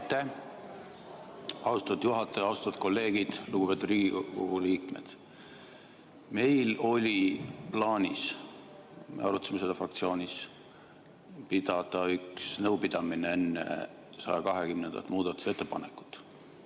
austatud juhataja! Austatud kolleegid! Lugupeetud Riigikogu liikmed! Meil oli plaanis – me arutasime seda fraktsioonis – pidada üks nõupidamine enne 120. muudatusettepanekut.